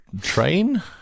train